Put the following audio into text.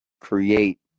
create